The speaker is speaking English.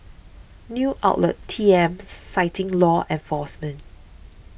news outlet T M citing law enforcement